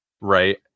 right